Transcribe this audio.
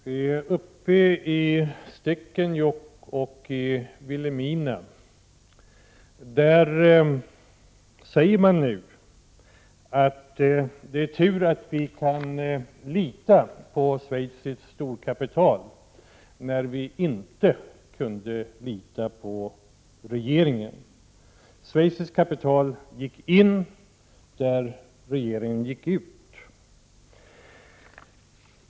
Herr talman! I Stekenjokk och Vilhelmina säger man nu: Det är tur att vi kan lita på schweiziskt storkapital. Vi kunde ju inte lita på regeringen. Schweiziskt kapital gick in där regeringen gick ut.